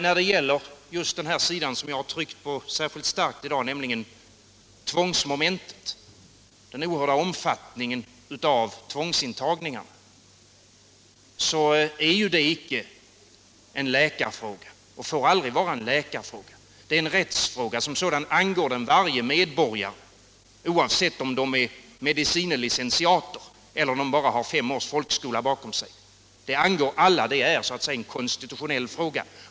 När det gäller den sida av frågan som jag i dag har tryckt särskilt starkt på, nämligen tvångsmomentet, den oerhörda omfattningen av tvångsintagningar, så är det inte en läkarfråga och får aldrig vara en läkarfråga. Det är en rättsfråga och som sådan angår den alla medborgare oavsett om de är medicine licentiater eller bara har fem års folkskola bakom sig. Det angår alla — det är så att säga en konstitutionell fråga.